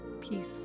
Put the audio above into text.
Peace